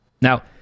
Now